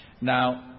Now